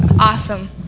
Awesome